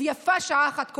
ויפה שעה אחת קודם.